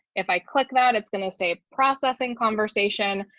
if i click that it's going to save processing conversation,